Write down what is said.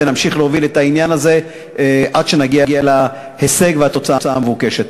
ונמשיך להוביל את העניין הזה עד שנגיע להישג ולתוצאה המבוקשת.